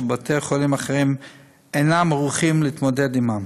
שבתי-חולים אחרים אינם ערוכים להתמודד עמם.